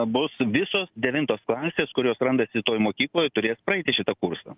bus visos devintos klasės kurios randasi toj mokykloj turės praeiti šitą kursą